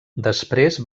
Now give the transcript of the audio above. després